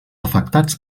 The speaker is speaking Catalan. afectats